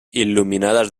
il·luminades